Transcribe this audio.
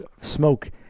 smoke